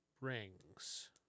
rings